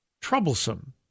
troublesome